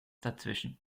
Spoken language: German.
dazwischen